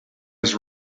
his